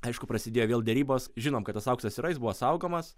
aišku prasidėjo vėl derybos žinom kad tas auksas yra jis buvo saugomas